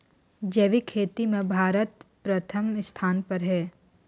जैविक खेती म भारत प्रथम स्थान पर हे